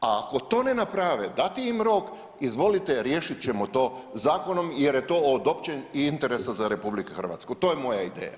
A ako to ne naprave, dati im rok, izvolite riješit ćemo to zakonom jer je to od općeg interesa za RH, to je moja ideja.